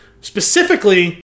Specifically